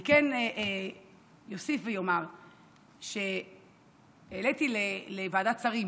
אני כן אוסיף ואומר שהעליתי לוועדת שרים